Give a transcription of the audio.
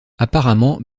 apparemment